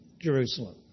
Jerusalem